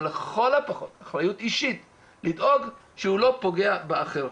שהוא לא פוגע באחר.